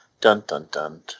Dun-dun-dun